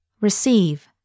Receive